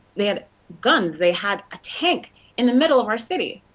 they had guns, they had a tank in the middle of our city.